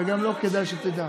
וגם לו, כדאי שתדע.